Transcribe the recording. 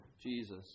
Jesus